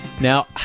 Now